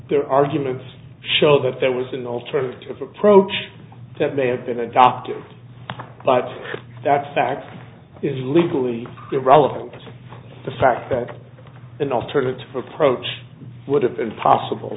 their arguments show that there was an alternative approach that may have been adopted but that fact is legally irrelevant to the fact that an alternative approach would have been possible